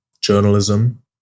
Journalism